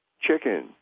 chicken